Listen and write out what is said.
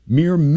mere